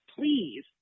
please